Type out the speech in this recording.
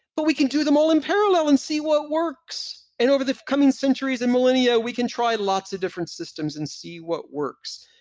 but we can do them all in parallel and see what works! and over the coming centuries and millennia, we can try lots of different systems and see what works.